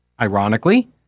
Ironically